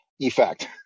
effect